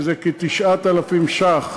שזה כ-9,000 שקל,